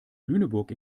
lüneburg